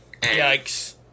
Yikes